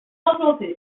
implantée